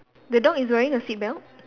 the dog is wearing a seat belt